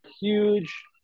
huge –